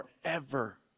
forever